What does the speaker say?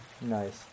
Nice